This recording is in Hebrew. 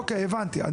אוקיי הבנתי.